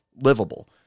livable